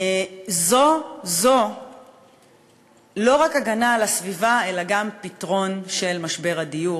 זאת לא רק הגנה על הסביבה אלא גם פתרון של משבר הדיור.